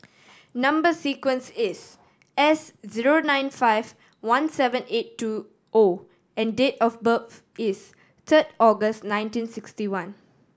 number sequence is S zero nine five one seven eight two O and date of birth is third August nineteen sixty one